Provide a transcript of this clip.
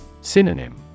Synonym